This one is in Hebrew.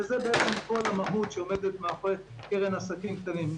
וזאת כל המהות שעומדת מאחורי הקרן לעסקים קטנים.